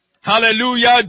Hallelujah